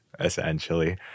essentially